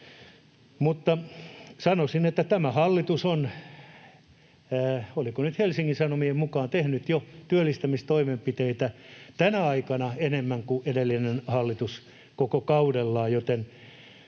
Mutta sanoisin, että tämä hallitus on — oliko nyt Helsingin Sanomien mukaan — tehnyt työllistämistoimenpiteitä tänä aikana jo enemmän kuin edellinen hallitus koko kaudellaan,